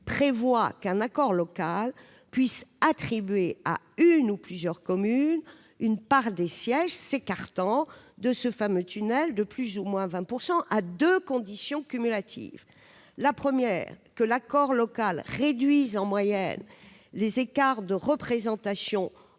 prévoit qu'un accord local puisse attribuer à une ou plusieurs communes une part des sièges s'écartant de ce fameux tunnel de plus ou moins 20 % à deux conditions cumulatives. Il faut tout d'abord que l'accord local réduise en moyenne les écarts de représentation